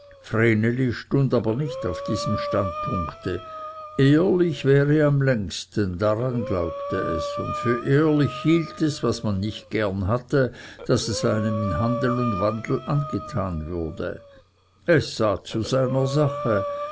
stund aber nicht auf diesem standpunkte ehrlich währe am längsten daran glaubte es und für unehrlich hielt es was man nicht gern hatte daß es einem in handel und wandel angetan würde es sah zu seiner sache